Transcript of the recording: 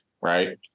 right